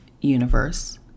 universe